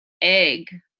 egg